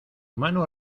mano